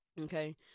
Okay